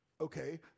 okay